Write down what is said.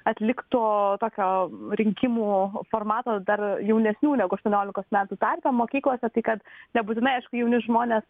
atlikto tokio rinkimų formato dar jaunesnių negu aštuoniolikos metų tarpe mokyklose tai kad nebūtinai aišku jauni žmonės